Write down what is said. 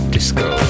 Disco